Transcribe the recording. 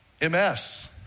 MS